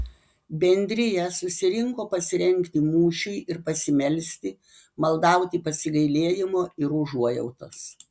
bendrija susirinko pasirengti mūšiui ir pasimelsti maldauti pasigailėjimo ir užuojautos